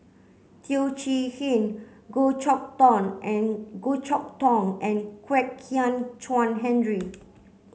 Teo Chee Hean Goh Chok Tong and Goh Chok Tong and Kwek Hian Chuan Henry